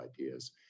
ideas